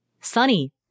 Sunny